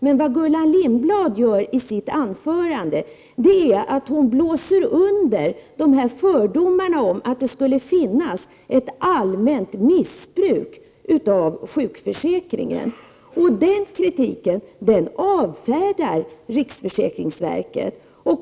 Men vad Gullan Lindblad gör i sitt anförande är att hon blåser under fördomarna om att det skulle förekomma ett allmänt missbruk av sjukförsäkringen. Den kritiken avfärdar riksförsäkringsverket.